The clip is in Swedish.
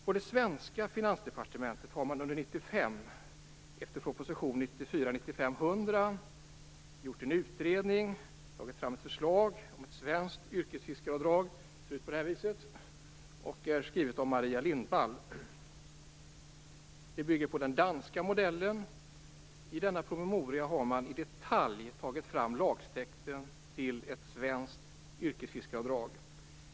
På det svenska finansdepartementet har man under 1995, efter proposition 1994/95:100, gjort en utredning och tagit fram ett förslag om svenskt yrkesfiskaravdrag, skrivet av Maria Lindwall. Det bygger på den danska modellen. I denna promemoria har man i detalj tagit fram lagtexten till ett svenskt yrkesfiskaravdrag.